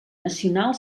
nacional